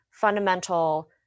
Fundamental